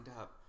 up